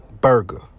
burger